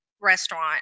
restaurant